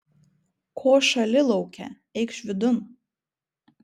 ko šąli lauke eikš vidun